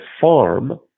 farm